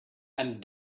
and